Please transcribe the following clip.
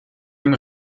dem